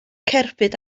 cerbyd